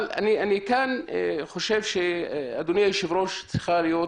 אני חושב שצריכה להיות